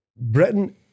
Britain